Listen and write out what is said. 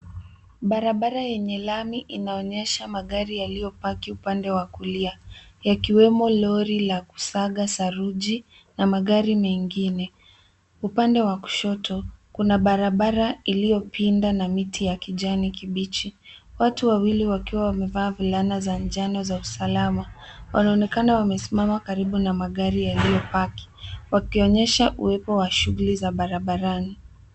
Barabara yenye lami inaonyesha magari yaliyopaki upande wa kulia, yakiwemo lori la kusaga saruji na magari mengine. Upande wa kushoto, kuna barabara iliyopinda na miti ya kijani kibichi. Watu wawili, wakiwa wamevaa fulana za njano za usalama. Wanaonekana wakiwa wamesimama karibu na magari yaliyopaki, wakionyesha uwepo wa shughuli za barabarani.